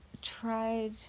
tried